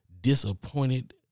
disappointed